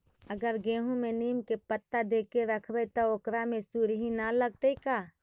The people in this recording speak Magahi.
अगर गेहूं में नीम के पता देके यखबै त ओकरा में सुढि न लगतै का?